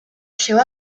llegó